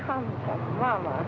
come from a